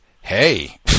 hey